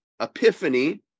epiphany